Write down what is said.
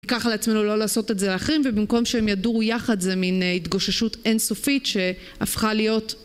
ניקח על עצמנו לא לעשות את זה לאחרים, ובמקום שהם ידורו יחד זו מין התגוששות אינסופית שהפכה להיות